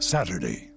Saturday